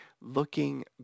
looking